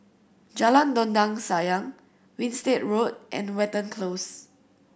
Jalan Dondang Sayang Winstedt Road and Watten Close